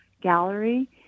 gallery